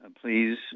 please